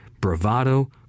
bravado